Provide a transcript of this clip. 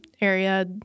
area